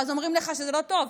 ואז אומרים לך שזה לא טוב.